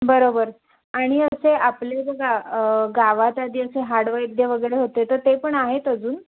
बरोबर आणि असे आपले जे गा गावात आधी असे हाड वैद्य वगैरे होते तर ते पण आहेत अजून